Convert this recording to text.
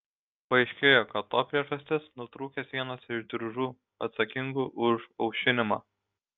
paaiškėjo kad to priežastis nutrūkęs vienas iš diržų atsakingų už aušinimą